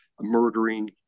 murdering